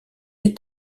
est